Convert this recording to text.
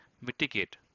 mitigate